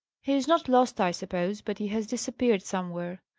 he is not lost, i suppose but he has disappeared somewhere.